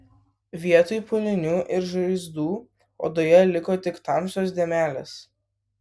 vietoj pūlinių ir žaizdų odoje liko tik tamsios dėmelės